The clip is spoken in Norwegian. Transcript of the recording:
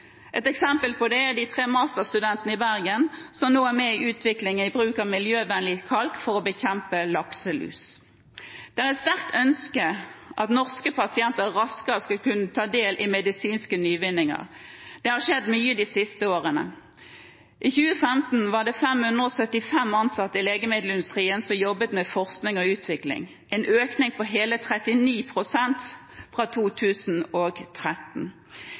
Et eksempel på det er tre masterstudenter i Bergen som nå er med i utvikling i bruk av miljøvennlig kalk for å bekjempe lakselus. Det er et sterkt ønske at norske pasienter raskere skal kunne ta del i medisinske nyvinninger. Det har skjedd mye de siste årene. I 2015 var det 575 ansatte i legemiddelindustrien som jobbet med forskning og utvikling, en økning på hele 39 pst. fra 2013.